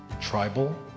tribal